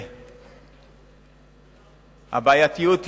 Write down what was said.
הבעייתיות ידועה.